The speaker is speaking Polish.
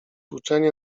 uczenie